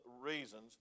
reasons